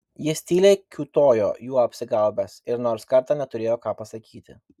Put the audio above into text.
jis tyliai kiūtojo juo apsigaubęs ir nors kartą neturėjo ką pasakyti